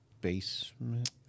basement